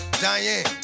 Diane